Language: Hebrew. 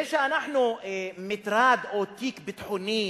זה שאנחנו מטרד, או תיק ביטחוני,